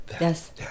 yes